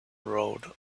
road